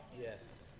Yes